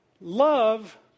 Love